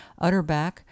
Utterback